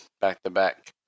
back-to-back